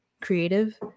creative